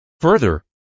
Further